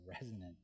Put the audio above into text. resonant